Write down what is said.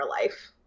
life